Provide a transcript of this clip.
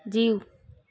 जीउ